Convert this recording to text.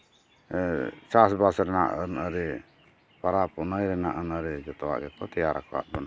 ᱪᱟᱥᱵᱟᱥ ᱨᱮᱱᱟᱜ ᱟᱹᱱᱼᱟᱹᱨᱤ ᱯᱚᱨᱚᱵᱽ ᱯᱩᱱᱟᱹᱭ ᱨᱮᱭᱟᱜ ᱟᱹᱱᱼᱟᱹᱨᱤ ᱡᱚᱛᱚᱣᱟᱜ ᱜᱮᱠᱚ ᱛᱮᱭᱟᱨ ᱟᱠᱟᱫ ᱵᱚᱱᱟ